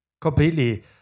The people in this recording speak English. Completely